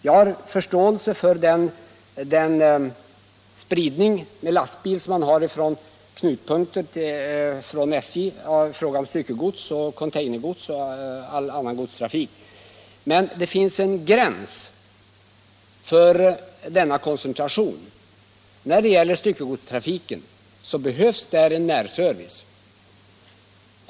Jag har förståelse för SJ:s spridning med lastbil från knutpunkter i fråga om stycke och containergods och all annan godstrafik. Men det finns en gräns för denna koncentration. När det gäller styckegodstrafiken behövs en närservice.